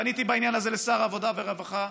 ופניתי בעניין הזה לשר העבודה והרווחה,